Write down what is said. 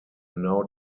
now